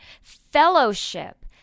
fellowship